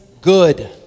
good